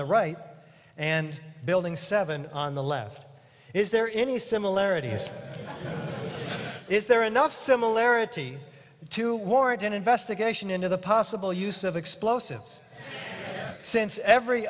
the right and building seven on the left is there any similarities is there enough similarity to warrant an investigation into the possible use of explosives since every